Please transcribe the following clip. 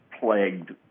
plagued